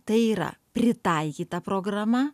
tai yra pritaikyta programa